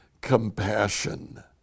compassion